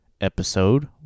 episode